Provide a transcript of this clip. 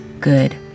good